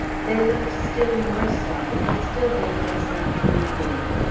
they looked still more sorry, but still begged us not to remain.